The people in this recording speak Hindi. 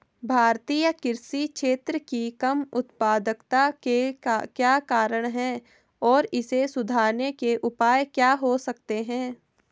भारतीय कृषि क्षेत्र की कम उत्पादकता के क्या कारण हैं और इसे सुधारने के उपाय क्या हो सकते हैं?